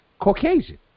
Caucasian